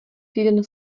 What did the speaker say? týden